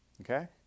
Okay